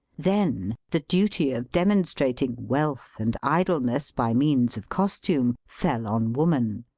then the duty of demonstrating wealth and idleness by means of costume fell on woman.